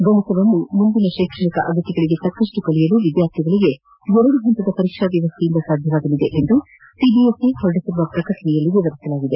ಗಣಿತವನ್ನು ಮುಂದಿನ ಶಿಕ್ಷಣ ಅಗತ್ಯಗಳಿಗೆ ತಕ್ಕಷ್ಟು ಕಲಿಯಲು ವಿದ್ಯಾರ್ಥಿಗಳಿಗೆ ಎರಡು ಹಂತದ ಪರೀಕ್ಷಾ ವ್ಯವಸ್ಥೆಯಿಂದ ಸಾಧ್ಯವಾಗಲಿದೆ ಎಂದು ಸಿಬಿಎಸ್ಇ ಹೊರಡಿಸಿರುವ ಪ್ರಕಟಣೆಯಲ್ಲಿ ವಿವರಿಸಲಾಗಿದೆ